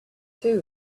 desert